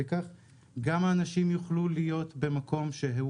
וכך גם האנשים יוכלו להיות במקום שהוא